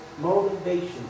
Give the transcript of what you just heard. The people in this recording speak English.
motivation